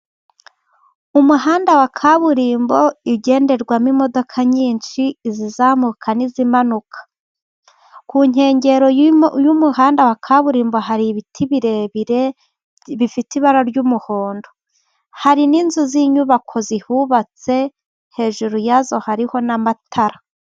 Umuhanda wa kaburimbo igenderwamo imodoka nyinshi izamuka n'izimanuka. Ku nkengero uyu muhanda wa kaburimbo hari ibiti birebire bifite ibara ry'umuhondo, hari n'inzu z'inyubako zihubatse. Hejuru yazo hariho n'amatara.